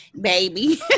baby